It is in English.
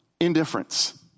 indifference